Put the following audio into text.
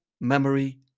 memory